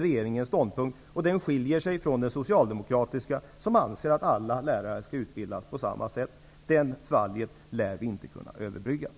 Den ståndpunkten skiljer sig från den socialdemokratiska, som anser att alla lärare skall utbildas på samma sätt. Vi lär inte kunna överbrygga det